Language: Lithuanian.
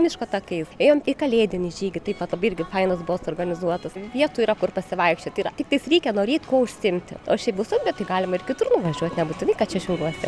miško takais ėjom į kalėdinį žygį taip pat labai irgi fainas buvo suorganizuotas vietų yra kur pasivaikščiot yra tiktais reikia norėt kuo užsiimti o šiaip busu bet tai galima ir kitur nuvažiuot nebūtinai kad čia šiauliuose